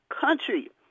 country